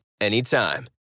anytime